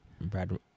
Brad